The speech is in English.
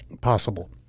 Possible